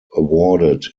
awarded